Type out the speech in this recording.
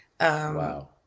wow